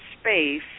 space